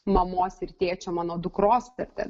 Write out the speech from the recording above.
mamos ir tėčio mano dukros ar ten